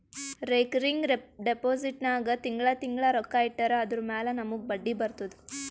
recurring deposit ನಾಗ್ ತಿಂಗಳಾ ತಿಂಗಳಾ ರೊಕ್ಕಾ ಇಟ್ಟರ್ ಅದುರ ಮ್ಯಾಲ ನಮೂಗ್ ಬಡ್ಡಿ ಬರ್ತುದ